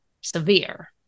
severe